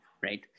right